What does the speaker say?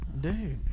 Dude